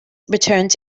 returned